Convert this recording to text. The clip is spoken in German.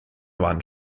waren